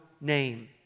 name